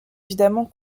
évidemment